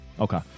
Okay